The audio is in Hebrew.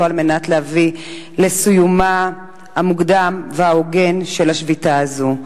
על מנת להביא לסיומה המוקדם וההוגן של השביתה הזו.